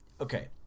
Okay